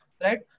right